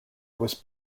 was